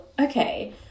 okay